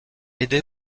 aidé